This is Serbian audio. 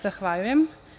Zahvaljujem.